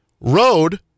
Road